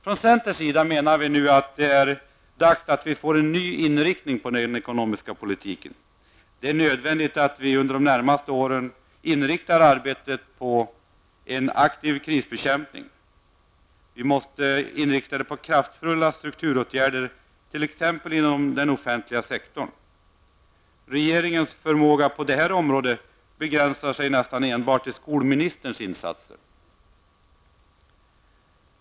Från centerns sida menar vi att det är dags att vi får en ny inriktning på den ekonomiska politiken. Det är nödvändigt att vi under de närmaste åren inriktar arbetet på en aktiv krisbekämpning och på kraftfulla strukturåtgärder, t.ex. inom den offentliga sektorn. Regeringens förmåga på detta område begränsar sig nästan till enbart skolministerns insatser.